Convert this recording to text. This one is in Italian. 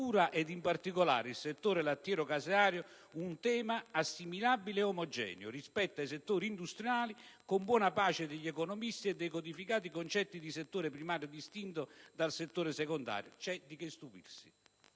C'è di che stupirsi.